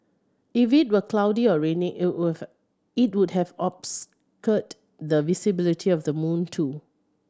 if it were cloudy or raining it it would have obscured the visibility of the moon too